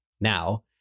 now